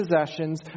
possessions